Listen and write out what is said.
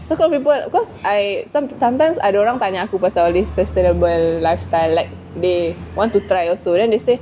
so got a lot of people cause I some sometimes I ada orang tanya aku pasal this sustainable lifestyle like they want to try also then they say